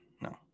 No